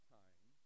time